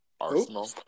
Arsenal